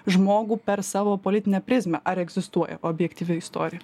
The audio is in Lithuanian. žmogų per savo politinę prizmę ar egzistuoja objektyvi istorija